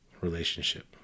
relationship